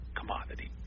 commodity